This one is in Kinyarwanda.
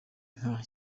nka